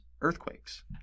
earthquakes